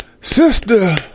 Sister